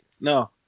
no